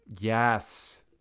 Yes